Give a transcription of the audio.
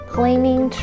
Cleaning